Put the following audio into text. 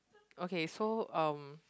okay so um